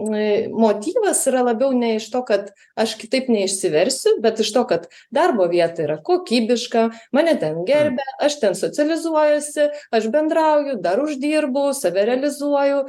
na motyvas yra labiau ne iš to kad aš kitaip neišsiversiu bet iš to kad darbo vieta yra kokybiška mane ten gerbia aš ten socializuojuosi aš bendrauju dar uždirbau save realizuoju